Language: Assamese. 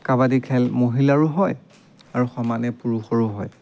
কাবাডী খেল মহিলাৰো হয় আৰু সমানে পুৰুষৰো হয়